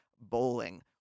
bowling—